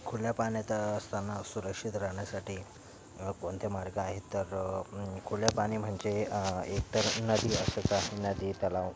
खुल्या पाण्यात असताना सुरक्षित राहण्यासाठी कोणते मार्ग आहेत तर खुल्या पाणी म्हणजे एकतर नदी असाच आहे नदी तलाव